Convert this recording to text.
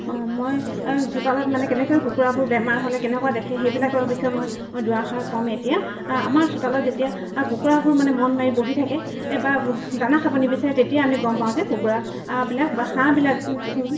মই চোতালত মানে কেনেকৈ কুকুৰাবোৰ বেমাৰ হ'লে কেনেকুৱা দেখে সেইবিলাকৰ বিষয়ে মই দুআষাৰ ক'ম এতিয়া আমাৰ চোতালত যেতিয়া কুকুৰাবোৰ মানে মন মাৰি বহি থাকে বা দানা খাব নিবিচাৰে তেতিয়া আমি গম পাওঁ যে কুকুৰাবিলাক বা হাঁহবিলাক